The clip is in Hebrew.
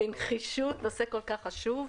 -- בנחישות נושא כל כך חשוב.